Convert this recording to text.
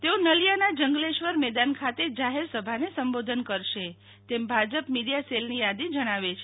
તેઓ નલિયાના જં ગલેશ્વર મ્દેાન ખાતે જાહેર સભાને સંબોધન કરશે તેમ ભાજપ મીડિયા સેલની યાદી જણાવે છે